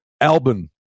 albin